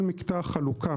כל מקטע החלוקה